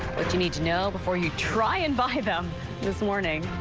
what you need to know before you try and buy them this morning.